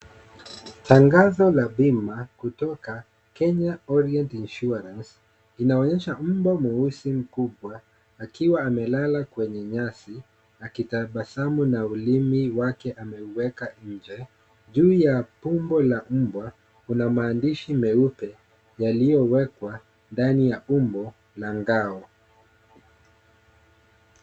Tangazo la bima kutoka Kenya Orient Insurance, inaonyesha mbwa mweusi mkubwa akiwa amelala kwenye nyasi akitabasamu na ulimi wake ameuweka nje. Juu ya pumbo la mbwa kuna maandishi meupe yaliyowekwa ndani ya umbo la ngao.